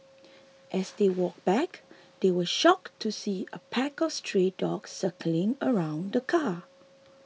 as they walked back they were shocked to see a pack of stray dogs circling around the car